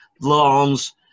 lawns